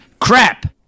crap